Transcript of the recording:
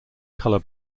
color